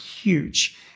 huge